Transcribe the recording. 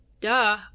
duh